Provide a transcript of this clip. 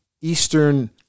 Eastern